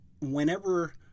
whenever